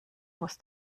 muss